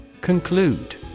Conclude